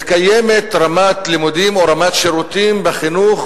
מתקיימת רמת לימודים או רמת שירותים בחינוך